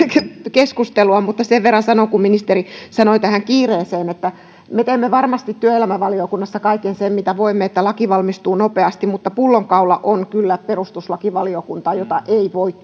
keskustelua mutta sen verran sanon kun ministeri sanoi tähän kiireeseen että me teemme varmasti työelämävaliokunnassa kaiken sen mitä voimme että laki valmistuu nopeasti mutta pullonkaula on kyllä perustuslakivaliokunta jota ei voi